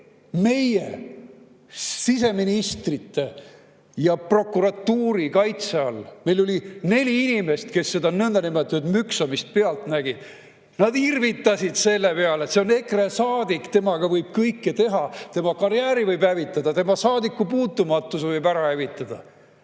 meie siseministri ja prokuratuuri kaitse all! Meil oli neli inimest, kes seda nõndanimetatud müksamist pealt nägid. [Prokuratuur] irvitas selle peale: see on EKRE saadik, temaga võib kõike teha, tema karjääri võib hävitada, tema saadikupuutumatuse võib ära hävitada.